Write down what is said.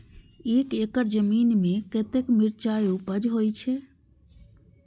एक एकड़ जमीन में कतेक मिरचाय उपज होई छै?